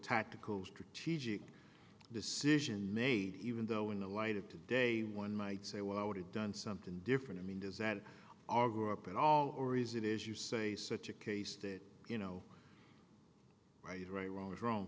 tactical strategic decision made even though in the light of today one might say well i would have done something different i mean does that auger up at all or is it as you say such a case that you know i did right was wrong